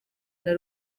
nta